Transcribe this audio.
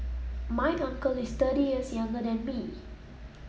my uncle is thirty years younger than me